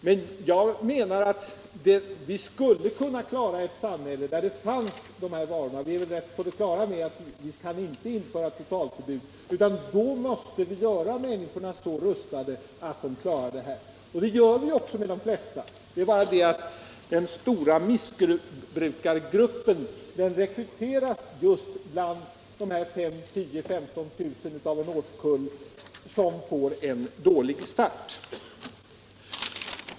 Men jag menar att vi skulle kunna klara ett samhälle, där dessa varor finns. Vi är på det klara med att något totalförbud inte kan införas. Därför måste vi göra människorna så rustade att de klarar sig i ett sådant samhälle. Men den stora missbrukargruppen rekryteras bland de 5 000, 10 000 eller 15 000 av en årskull som får en dålig start.